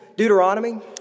Deuteronomy